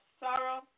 sorrow